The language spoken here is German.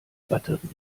batterie